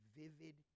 vivid